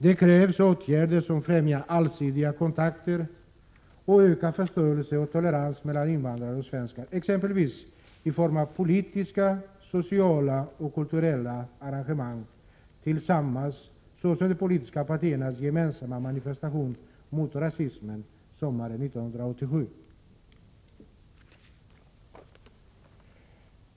Det krävs åtgärder som främjar allsidiga kontakter och ökar förståelse och tolerans mellan invandrare och svenskar, exempelvis i form av gemensamma politiska, sociala och kulturella arrangemang, såsom de politiska partiernas manifestation mot rasismen sommaren 1987.